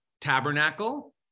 tabernacle